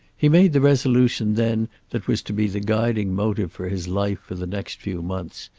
he made the resolution then that was to be the guiding motive for his life for the next few months,